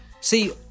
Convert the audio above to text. see